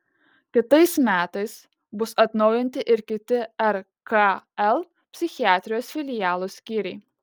kitais metais bus atnaujinti ir kiti rkl psichiatrijos filialo skyriai